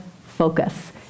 focus